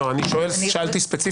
שאלתי,